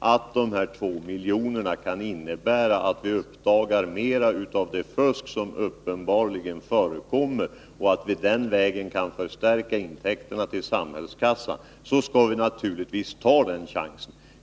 att dessa 2 milj.kr. kan innebära att vi uppdagar mera av det fusk som uppenbarligen förekommer och att vi den vägen kan förstärka intäkterna till statskassan, skall vi naturligtvis ta den chansen.